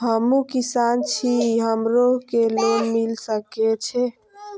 हमू किसान छी हमरो के लोन मिल सके छे?